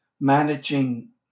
managing